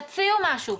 תציעו משהו,